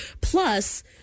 Plus